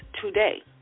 today